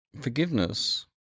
forgiveness